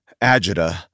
agita